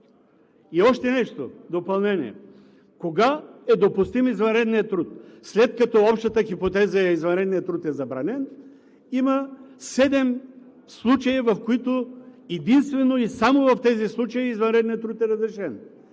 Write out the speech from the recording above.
И още нещо в допълнение: кога е допустим извънредният труд? След като общата хипотеза е, че извънредният труд е забранен, има седем случаи, в които единствено и само в тези случаи извънредният труд е разрешен,